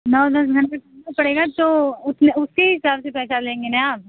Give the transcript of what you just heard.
नौ दस घंटे तो पड़ेगा तो उस में उसके ही हिसाब से पैसा लेंगे ना आप